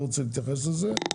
רק